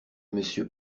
monsieur